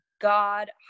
God